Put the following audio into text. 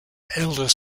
elder